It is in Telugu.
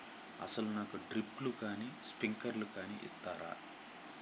అసలు నాకు డ్రిప్లు కానీ స్ప్రింక్లర్ కానీ ఇస్తారా?